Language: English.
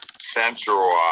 central